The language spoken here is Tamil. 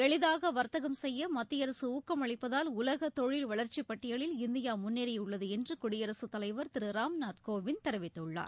எளிதாக வர்த்தகம் செய்ய மத்திய அரசு ஊக்கமளிப்பதால் உலக தொழில் வளர்ச்சிப் பட்டியலில் இந்தியா முன்னேறியுள்ளது என்று குடியரசுத் தலைவர் திரு ராம்நாத் கோவிந்த் தெரிவித்துள்ளார்